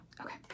Okay